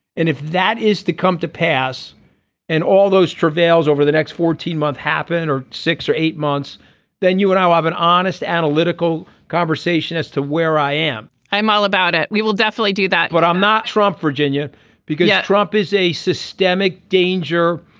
and if that is to come to pass and all those travails over the next fourteen months happen or six or eight months then you and i will have an honest analytical conversation as to where i am. i'm all about it. we will definitely do that but i'm not trump virginia because yeah trump is a systemic danger.